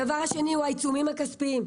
הדבר השני הוא העיצומים הכספיים.